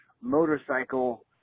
motorcycle